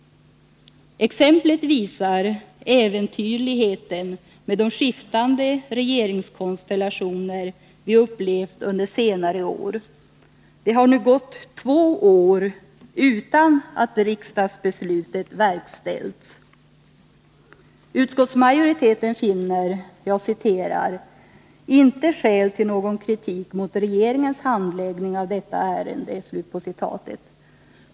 Exemplet visar äventyrligheten med de skiftande regeringskonstellationer vi upplevt under senare år. Det har nu gått två år utan att riksdagsbeslutet verkställts. Utskottsmajoriteten finner ”inte skäl till någon kritik mot regeringens handläggning av detta ärende”.